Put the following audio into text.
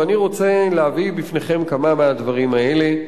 ואני רוצה להביא בפניכם כמה מהדברים האלה.